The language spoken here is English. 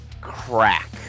crack